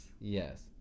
Yes